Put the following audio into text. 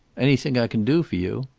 anything i can do for you?